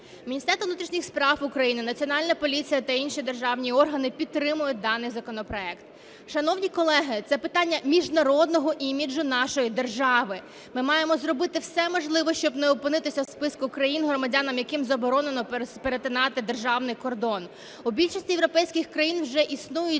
Міністерство внутрішніх справ України, Національна поліція та інші державні органи підтримують даний законопроект. Шановні колеги, це питання міжнародного іміджу нашої держави. Ми маємо зробити все можливе, щоб не опинитися в списку країн, громадянам яким заборонено перетинати державний кордон. У більшості європейських країн вже існують